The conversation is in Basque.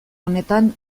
honetan